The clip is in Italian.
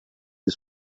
più